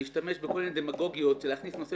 להשתמש בכל מיני דמגוגיות של להכניס נושא